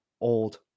Old